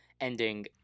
ending